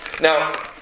Now